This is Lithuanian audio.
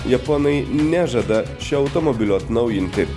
japonai nežada šio automobilio atnaujinti